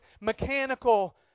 mechanical